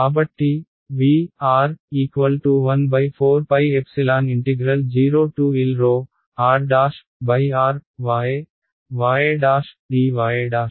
కాబట్టి V140Lr'Ryy'dy' ఇది మన ఇంటిగ్రల్ ఈక్వేషన్